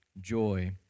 joy